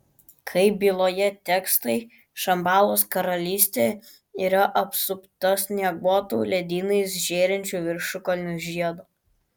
kaip byloja tekstai šambalos karalystė yra apsupta snieguotų ledynais žėrinčių viršukalnių žiedo